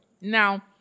now